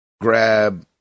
grab